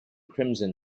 crimson